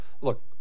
Look